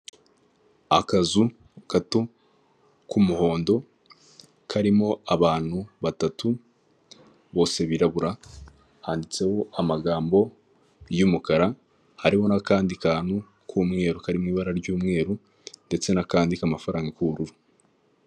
Akazu gato k'umuhondo karimo abantu batatu bose birabura, handitseho amagambo y'umukara hariho n'akandi kantu k'umweru karirimo ibara ry'umweru ndetse n'akandi k'amafaranga k'ubururu.